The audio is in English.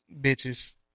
bitches